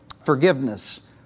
Forgiveness